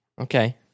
Okay